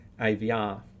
AVR